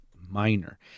minor